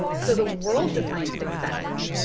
so the world defined success.